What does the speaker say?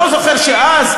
אני לא זוכר שאז,